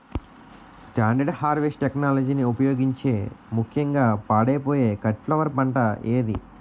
Standard harvest టెక్నాలజీని ఉపయోగించే ముక్యంగా పాడైపోయే కట్ ఫ్లవర్ పంట ఏది?